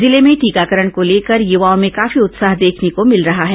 जिले में टीकाकरण को लेकर युवाओं में काफी उत्साह देखने को मिल रहा है